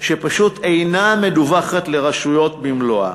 שפשוט אינה מדווחת לרשויות במלואה.